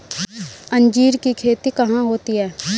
अंजीर की खेती कहाँ होती है?